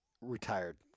retired